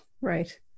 Right